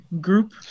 group